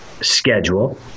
schedule